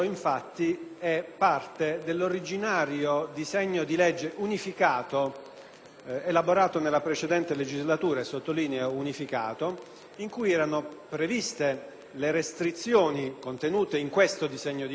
elaborato nella precedente legislatura, in cui erano previste le restrizioni, contenute in questo disegno di legge, all'acquisizione della cittadinanza attraverso il matrimonio,